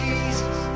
Jesus